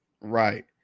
Right